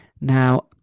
Now